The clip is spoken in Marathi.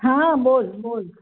हां बोल बोल